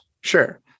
Sure